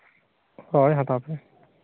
ᱦᱳᱭ ᱦᱟᱛᱟᱣ ᱯᱮ